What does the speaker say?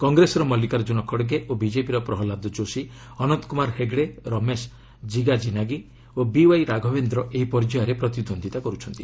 କଂଗ୍ରେସର ମଲ୍ଲିକାର୍ଜୁନ ଖଡ଼ଗେ ଓ ବିଜେପିର ପ୍ରହଲ୍ଲାଦ ଯୋଶୀ ଅନନ୍ତ କୁମାର ହେଗଡେ ରମେଶ ଜିଗାଜିନାଗି ଓ ବିୱାଇ ରାଘବେନ୍ଦ୍ର ଏହି ପର୍ଯ୍ୟାୟରେ ପ୍ରତିଦ୍ୱନ୍ଦିତା କର୍ତ୍ଥନ୍ତି